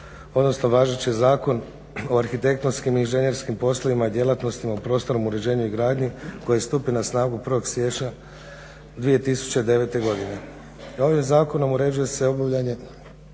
odnosno važeći Zakon o arhitektonskim i inženjerskim poslovima i djelatnostima u prostornom uređenju i gradnji koji je stupio na snagu 1. siječnja 2009. godine. Ovim zakonom uređuje se obavljanje